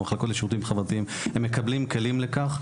המחלוקות לשירותים חברתיים הם מקבלים כלים לכך,